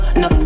no